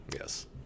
Yes